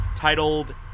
titled